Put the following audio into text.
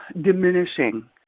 diminishing